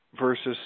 versus